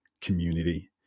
community